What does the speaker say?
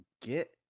Get